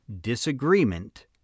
Disagreement